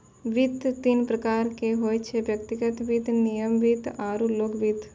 वित्त तीन प्रकार रो होय छै व्यक्तिगत वित्त निगम वित्त आरु लोक वित्त